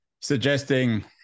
suggesting